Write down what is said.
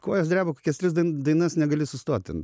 kojos dreba kokias tris dainas negali sustot ten